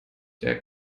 der